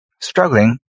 struggling